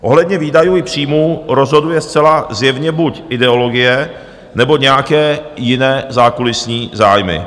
Ohledně výdajů i příjmů rozhoduje zcela zjevně buď ideologie, nebo nějaké jiné zákulisní zájmy.